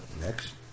Next